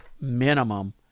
minimum